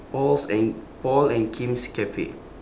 paul's and paul and kim's cafe